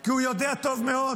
כי הוא יודע טוב מאוד